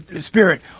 spirit